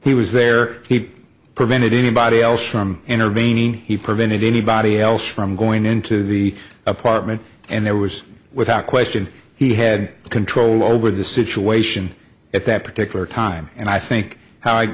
he was there he prevented anybody else from intervening he prevented anybody else from going into the apartment and there was without question he had control over the situation at that particular time and i think how